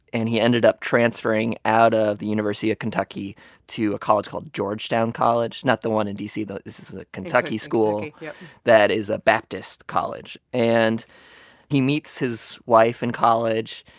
and he ended up transferring out of the university of kentucky to a college called georgetown college. not the one in d c, though. this is a kentucky school yeah that is a baptist college. and he meets his wife in college.